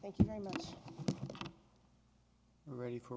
thank you very much ready for